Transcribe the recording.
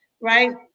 right